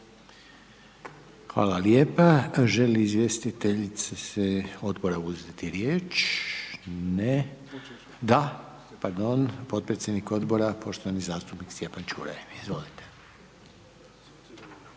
Hvala lijepa. Želi li izvjestitelj odbora uzeti riječ? Ne. Da. Pardon. Potpredsjednik odbora, poštovani zastupnik Stjepan Čuraj, izvolite.